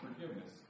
forgiveness